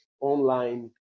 online